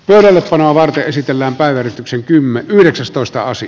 lähellä tonavan pyysi tämän päivän syntymä yhdeksästoista asti